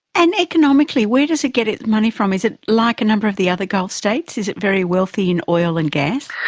and economically where does it get its money from? is it like a number of the other gulf states? is it very wealthy in oil and gas?